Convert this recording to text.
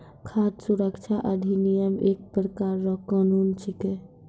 खाद सुरक्षा अधिनियम एक प्रकार रो कानून छिकै